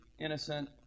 innocent